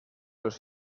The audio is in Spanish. los